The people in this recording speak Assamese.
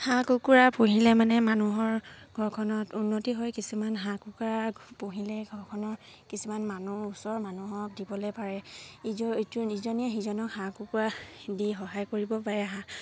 হাঁহ কুকুৰা পুহিলে মানে মানুহৰ ঘৰখনত উন্নতি হৈ কিছুমান হাঁহ কুকুৰা পুহিলে ঘৰখনৰ কিছুমান মানুহ ওচৰ মানুহক দিবলে পাৰে ইজনীয়ে সিজনীক হাঁহ কুকুৰা দি সহায় কৰিব পাৰে হাঁহ